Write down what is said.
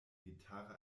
gitarre